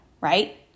right